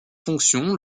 fonction